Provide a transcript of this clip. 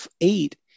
eight